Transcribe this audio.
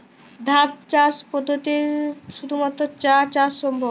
ধাপ চাষ পদ্ধতিতে শুধুমাত্র চা চাষ সম্ভব?